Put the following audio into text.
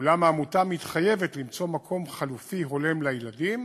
אולם העמותה מתחייבת למצוא מקום חלופי הולם לילדים